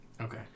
okay